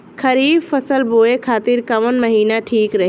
खरिफ फसल बोए खातिर कवन महीना ठीक रही?